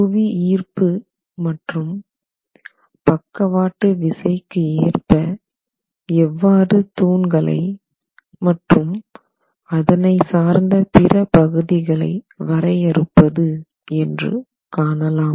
புவியீர்ப்பு மற்றும் பக்கவாட்டு விசைக்கு ஏற்ப எவ்வாறு தூண்களை மற்றும் அதனை சார்ந்த பிற பகுதிகளை வரையறுப்பது என்று காணலாம்